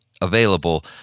available